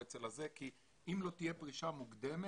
כי אם לא תהיה פרישה מוקדמת,